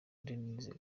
denise